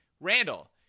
Randall